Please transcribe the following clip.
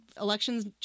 election's